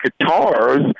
guitars